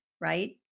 right